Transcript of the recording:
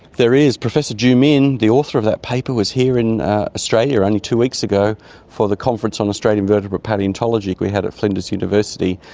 there is. professor zhu min, the author of that paper, was here in australia only two weeks ago for the conference on australian vertebrate palaeontology we had at flinders university.